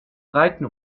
reiten